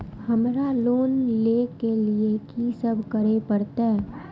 हमरा लोन ले के लिए की सब करे परते?